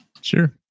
Sure